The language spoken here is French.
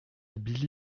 billy